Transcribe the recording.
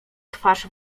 twarz